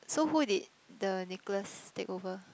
so who did the Nicholas take over